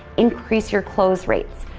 increase your close rates.